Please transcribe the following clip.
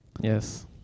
yes